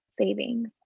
savings